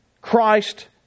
Christ